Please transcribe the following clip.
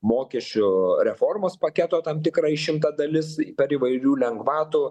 mokesčių reformos paketo tam tikra išimta dalis per įvairių lengvatų